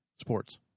Sports